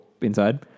Inside